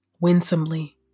winsomely